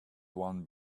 one